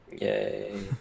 Yay